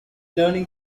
learning